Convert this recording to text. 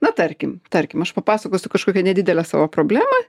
na tarkim tarkim aš papasakosiu kažkokią nedidelę savo problemą